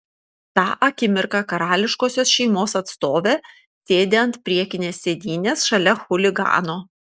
tą akimirką karališkosios šeimos atstovė sėdi ant priekinės sėdynės šalia chuligano